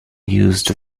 used